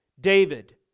David